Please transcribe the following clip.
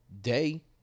day